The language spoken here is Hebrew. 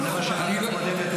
זה לא מכובד.